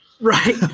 Right